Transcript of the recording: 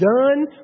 done